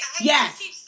Yes